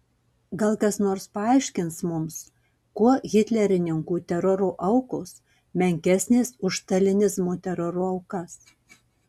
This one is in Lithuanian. gal kas nors paaiškins mums kuo hitlerininkų teroro aukos menkesnės už stalinizmo teroro aukas